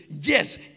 yes